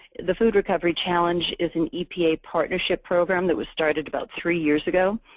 the food recovery challenge is an epa partnership program that was started about three years ago.